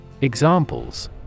Examples